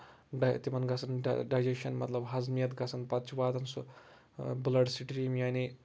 تِمن گژھان ڈاے ڈایجسشن مطلب حزمیت گژھان پَتہٕ چھُ واتان سُہ بٔلڈ سِٹریٖم یعنی